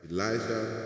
Elijah